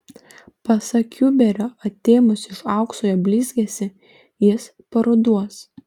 pasak kiuberio atėmus iš aukso jo blizgesį jis paruduos